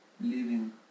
living